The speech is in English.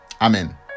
Amen